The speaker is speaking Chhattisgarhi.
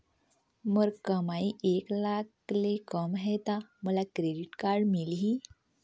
मोर कमाई एक लाख ले कम है ता मोला क्रेडिट कारड मिल ही?